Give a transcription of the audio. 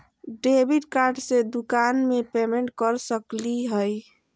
Debit card से दुकान में पेमेंट कर सकली हई?